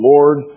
Lord